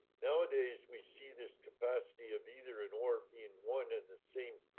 nowadays we see this capacity of either in or being one in the same.